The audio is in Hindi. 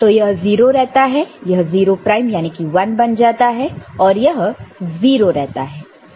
तो यह 0 रहता है यह 0 प्राइम याने की 1 बन जाता है और यह 0 रहता है